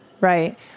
right